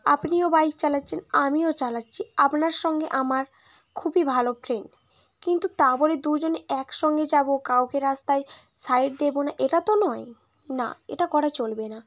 আপনিও বাইক চালাচ্ছেন আমিও চালাচ্ছি আপনার সঙ্গে আমার খুবই ভালো ফ্রেন্ড কিন্তু তা বলে দুজন এক সঙ্গে যাব কাউকে রাস্তায় সাইড দেবো না এটা তো নয় না এটা করা চলবে না